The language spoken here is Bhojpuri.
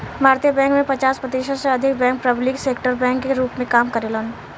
भारतीय बैंक में पचास प्रतिशत से अधिक बैंक पब्लिक सेक्टर बैंक के रूप में काम करेलेन